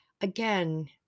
again